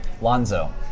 Lonzo